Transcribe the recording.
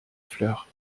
fleurs